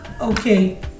Okay